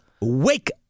Wake